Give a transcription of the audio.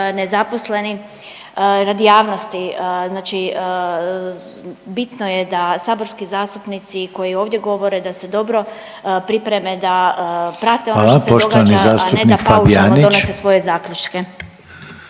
nezaposleni, radi javnosti znači bitno je da saborski zastupnici koji ovdje govore da se pripreme da prate ono što se događa, a ne da paušalno donose svoje zaključke.